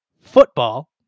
FOOTBALL